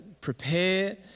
prepare